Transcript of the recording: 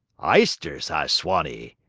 eyesters, i swanny!